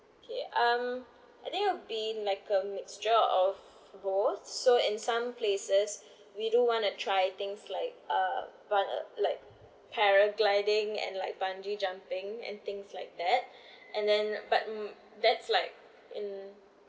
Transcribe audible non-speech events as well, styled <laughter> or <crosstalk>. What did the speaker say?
K um I think it'll be like a mixture of both so in some places we do want to try things like uh but like paragliding and like bungee jumping and things like that <breath> and then but hmm that's like hmm